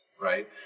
right